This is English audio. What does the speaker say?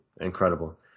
incredible